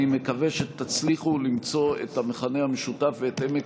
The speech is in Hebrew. אני מקווה שתצליחו למצוא את המכנה המשותף ואת עמק